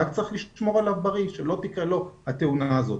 רק צריך לשמור עליו בריא ושלא תקרה לו התאונה הזו.